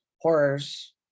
horror's